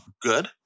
good